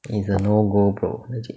it's a no go bro legit